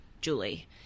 Julie